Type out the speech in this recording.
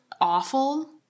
awful